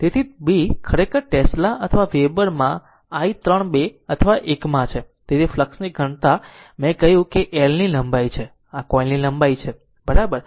તેથી B ખરેખર Tesla અથવા વેબર માં i 3 2 અને l માં છે તે ફ્લક્ષ ની ઘનતા મેં કહ્યું કે આ એલની લંબાઈ છે આ કોઇલની લંબાઈ છે બરાબર